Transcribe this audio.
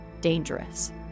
dangerous